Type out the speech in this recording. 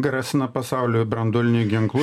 grasina pasauliui branduoliniu ginklu